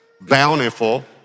bountiful